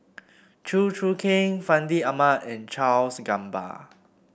Chew Choo Keng Fandi Ahmad and Charles Gamba